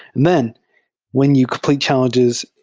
then when you complete challenges,